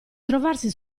trovarsi